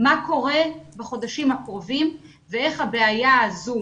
מה קורה בחודשים הקרובים ואיך הבעיה הזו